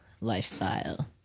lifestyle